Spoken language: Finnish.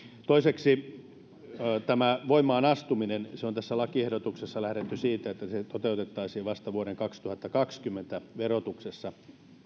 toiseksi voimaan astuminen tässä lakiehdotuksessa on lähdetty siitä että se toteutettaisiin vasta vuoden kaksituhattakaksikymmentä verotuksessa